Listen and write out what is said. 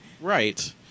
Right